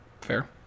Fair